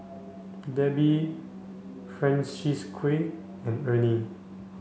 Debi Francisqui and Ernie